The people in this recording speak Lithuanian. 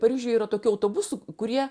paryžiuj yra tokių autobusų kurie